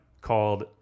called